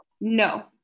No